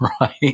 right